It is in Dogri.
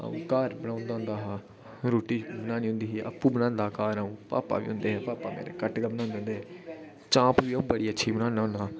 अं'ऊ घर बनाई ओड़दा होंदा हा रुट्टी बनानी होंदी ही आपूं बनांदा घर अं'ऊ भापा बी होंदे हे भापा मेरे घट्ट गै बनांदे हे चाम्प बी अं'ऊ बड़ी अच्छी बनाना होना